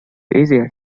easier